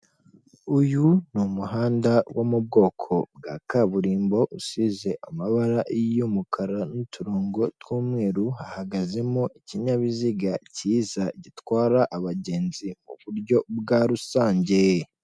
Uyu ni umuhanda wo mu bwoko bwa kaburimbo usize amabara y'umukara n'uturongo tw'umweru hahagazemo ikinyabiziga cyiza gitwara abagenzi mu buryo bwa rusange.